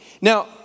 Now